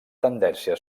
tendència